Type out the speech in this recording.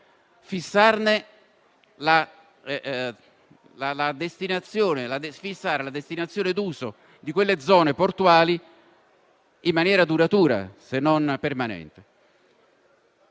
fissare la destinazione d'uso di quelle zone portuali in maniera duratura, se non permanente.